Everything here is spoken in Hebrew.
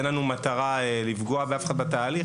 אין לנו מטרה לפגוע באף אחד בתהליך,